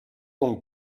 donc